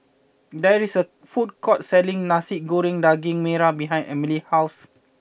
there is a food court selling Nasi Goreng Daging Merah behind Emilie's house